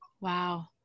Wow